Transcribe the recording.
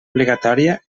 obligatòria